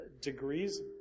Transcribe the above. degrees